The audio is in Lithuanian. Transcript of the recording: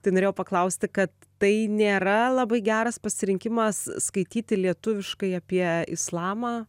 tai norėjau paklausti kad tai nėra labai geras pasirinkimas skaityti lietuviškai apie islamą